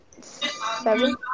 Seven